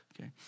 okay